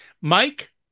Mike